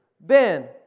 Ben